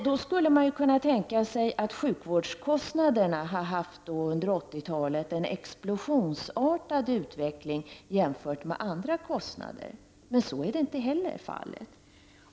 Då skulle man kunna tänka sig att sjukvårdskostnaderna under 80-talet har haft en explosionsartad utveckling jämfört med andra kostnader. Men så är inte heller fallet.